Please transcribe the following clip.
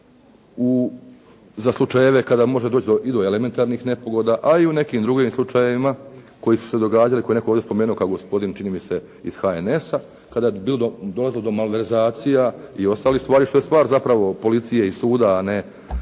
za slučajeve kada može doći i do elementarnih nepogoda, a i u nekim drugim slučajevima koji su se događali koje je netko ovdje spomenuo kao gospodin čini mi se iz HNS-a kada je dolazilo do malverzacija i ostalih stvari što je stvar zapravo policije i suda, a ne